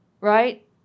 Right